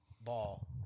ball